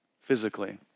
physically